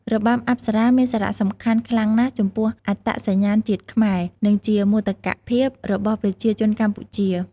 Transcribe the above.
របាំអប្សរាមានសារៈសំខាន់ខ្លាំងណាស់ចំពោះអត្តសញ្ញាណជាតិខ្មែរ និងជាមោទកភាពរបស់ប្រជាជនកម្ពុជា។